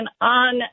on